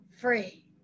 free